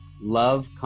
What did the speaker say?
Love